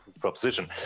proposition